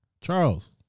Charles